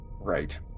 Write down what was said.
Right